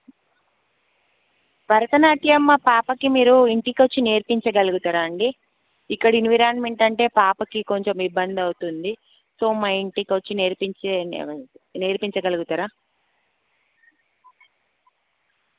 భరతనాట్యం మా పాపకి మీరు ఇంటికొచ్చి నేర్పించగలుగుతారా అండి ఇక్కడ ఇన్విరాన్మెంట్ అంటే పాపకి కొంచెం ఇబ్బందవుతుంది సో మా ఇంటికొచ్చి నేర్పించే నేర్పించగలుగుతారా